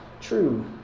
true